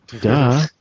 Duh